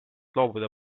loobuda